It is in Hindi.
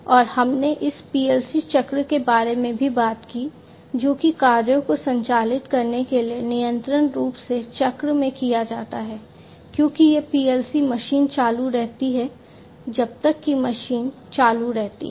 और हमने इस PLC चक्र के बारे में भी बात की जो कि कार्यों को संचालित करने के लिए निरंतर रूप से चक्र में किया जाता है क्योंकि ये PLC मशीन चालू रहती है जब तक कि मशीन चालू रहती है